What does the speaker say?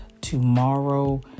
tomorrow